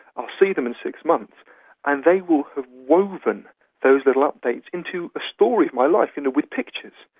i'll see them in six months and they will have woven those little updates into a story of my life, and with pictures,